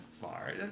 far